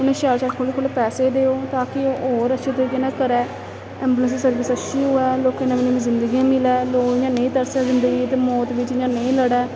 उ'नें शैल शैल खुल्ले खुल्ले पैसे देओ ता कि ओह् होर अच्छे तरीके कन्नै करै ऐंबुलेंस दी सर्विस अच्छी होऐ लोकें गी नमीं नमीं जिंदगी मिलै लोक इ'यां नेईं तरसै जिंदगी ते मौत बिच्च इ'या नेईं लड़ै